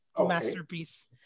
masterpiece